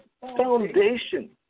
foundation